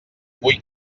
vull